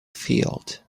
field